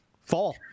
Fall